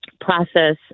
process